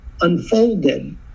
unfolded